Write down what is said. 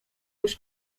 już